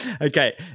Okay